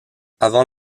avant